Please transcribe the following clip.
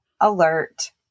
alert